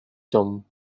dome